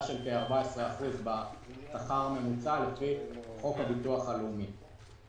של 14% בשכר הממוצע לפי חוק הביטוח הלאומי.